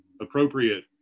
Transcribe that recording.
appropriate